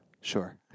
sure